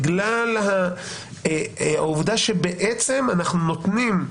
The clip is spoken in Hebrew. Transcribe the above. בגלל העובדה שבעצם אנחנו נותנים,